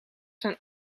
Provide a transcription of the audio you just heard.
zijn